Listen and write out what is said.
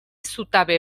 zutabe